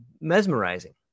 mesmerizing